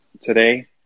today